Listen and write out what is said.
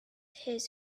his